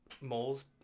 moles